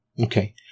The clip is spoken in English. Okay